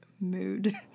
mood